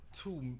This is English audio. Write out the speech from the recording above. two